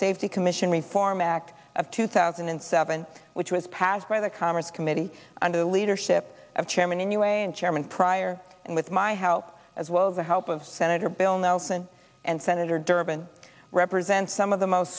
safety commission reform act of two thousand and seven which was passed by the commerce committee under the leadership of chairman inouye and chairman pryor and with my help as well as the help of senator bill nelson and senator durbin represents some of the most